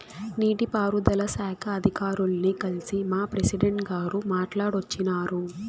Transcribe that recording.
నీటి పారుదల శాఖ అధికారుల్ని కల్సి మా ప్రెసిడెంటు గారు మాట్టాడోచ్చినారు